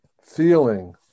feeling